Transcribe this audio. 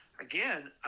Again